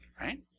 Right